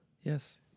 yes